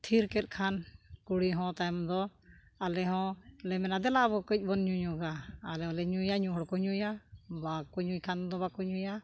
ᱛᱷᱤᱨ ᱠᱮᱫ ᱠᱷᱟᱱ ᱠᱩᱲᱤ ᱦᱚᱸ ᱛᱟᱭᱚᱢ ᱫᱚ ᱟᱞᱮᱦᱚᱸ ᱞᱮ ᱢᱮᱱᱟ ᱫᱮᱞᱟ ᱵᱚ ᱠᱟᱹᱡ ᱵᱚᱱ ᱧᱩᱧᱚᱜᱼᱟ ᱟᱞᱮ ᱦᱚᱸᱞᱮ ᱧᱩᱭᱟ ᱧᱩᱭ ᱦᱚᱲᱠᱚ ᱧᱩ ᱵᱟᱠᱚ ᱧᱩᱭ ᱠᱷᱟᱱ ᱫᱚ ᱵᱟᱠᱚ ᱧᱩᱭᱟ